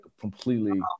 completely